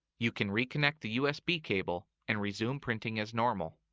you can reconnect the usb cable and resume printing as normal.